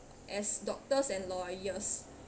as doctors and lawyers